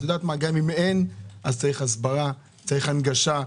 צריך יותר הסברה והנגשה.